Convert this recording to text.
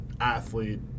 athlete